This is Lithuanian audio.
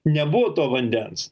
nebuvo to vandens